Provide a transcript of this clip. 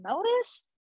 noticed